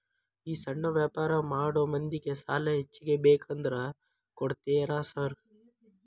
ಈ ಸಣ್ಣ ವ್ಯಾಪಾರ ಮಾಡೋ ಮಂದಿಗೆ ಸಾಲ ಹೆಚ್ಚಿಗಿ ಬೇಕಂದ್ರ ಕೊಡ್ತೇರಾ ಸಾರ್?